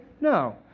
no